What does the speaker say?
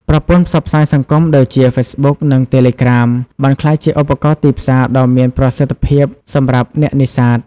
ប្រព័ន្ធផ្សព្វផ្សាយសង្គមដូចជាហ្វេសប៊ុក និងតេឡេក្រាម បានក្លាយជាឧបករណ៍ទីផ្សារដ៏មានប្រសិទ្ធភាពសម្រាប់អ្នកនេសាទ។